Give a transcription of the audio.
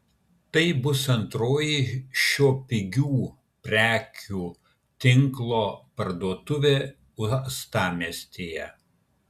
tai bus antroji šio pigių prekių tinklo parduotuvė uostamiestyje